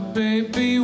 baby